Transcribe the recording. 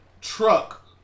truck